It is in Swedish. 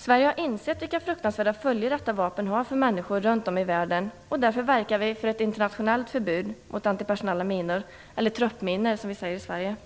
Sverige har insett vilka fruktansvärda följder detta vapen har för människor runt om i världen, därför verkar vi för ett internationellt förbud mot antipersonella minor, eller truppminor, som vi säger i Sverige.